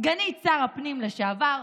סגנית שר הפנים לשעבר,